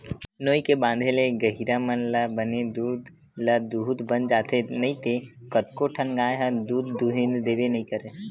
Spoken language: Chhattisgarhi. नोई के बांधे ले गहिरा मन ल बने दूद ल दूहूत बन जाथे नइते कतको ठन गाय ह दूद दूहने देबे नइ करय